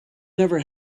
never